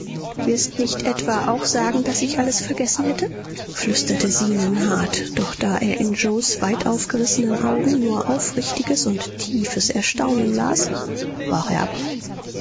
du wirst nicht etwa auch sagen daß ich alles vergessen hätte flüsterte zenon hart doch da er in yoes weit aufgerissenen augen nur aufrichtiges und tiefes erstaunen las brach er ab